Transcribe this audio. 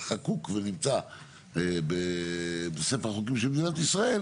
חקוק ונמצא בספר החוקים של מדינת ישראל